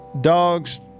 dogs